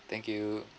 okay thank you